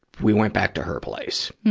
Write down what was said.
we went back to her place,